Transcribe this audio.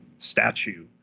statue